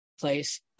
place